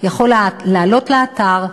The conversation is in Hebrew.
יכול לעלות לאתר,